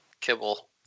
Kibble